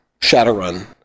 Shadowrun